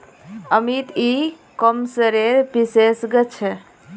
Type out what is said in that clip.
अमित ई कॉमर्सेर विशेषज्ञ छे